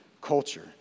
culture